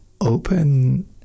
open